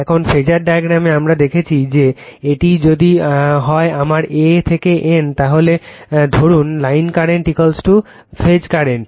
এখন ফেজার ডায়াগ্রামে আমরা দেখেছি যে এটি যদি হয় আমার A থেকে N তাহলে ধরুন লাইন কারেন্ট ফেজ কারেন্ট